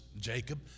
Jacob